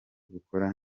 gukora